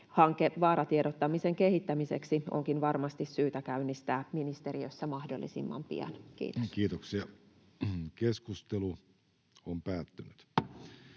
Hanke vaaratiedottamisen kehittämiseksi onkin varmasti syytä käynnistää ministeriössä mahdollisimman pian. — Kiitos. [Speech 23]